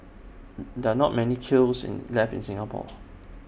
there are not many kilns left in Singapore